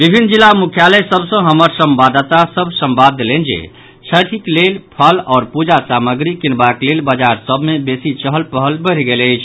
विभिन्न जिला मुख्यालय सभ सॅ हमर संवाददाता सभ संवाद देलनि जे छठिक लेल फल आओर पूजा सामाग्री किनवाक लेल बजार सभ मे वेसी चहल पहल बढ़ि गेल अछि